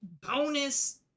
bonus